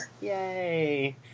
Yay